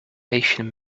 asian